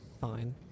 fine